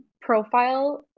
profile